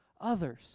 others